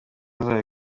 zayo